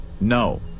No